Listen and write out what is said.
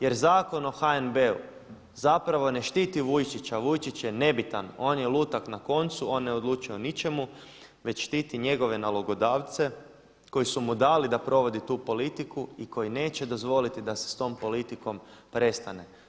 Jer Zakon o HNB-u zapravo ne štiti Vujčića, Vujčić je nebitan, on je lutak na koncu, on ne odlučuje o ničemu već štiti njegove nalogodavce koji su mu dali da provodi tu politiku i koji neće dozvoliti da se s tom politikom prestane.